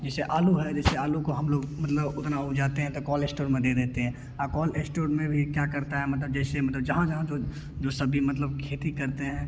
जैसे आलू है जैसे आलू को हम लोग मतलब उतना उजाते हैं तो कॉल इश्टोर में दे देते हैं आ कॉल एश्टोर में भी क्या करता है मतलब जैसे मतलब जहाँ जहाँ जो सभी मतलब खेती करते हैं